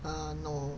err no